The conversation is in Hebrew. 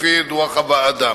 לפי דוח הוועדה.